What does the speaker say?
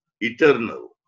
eternal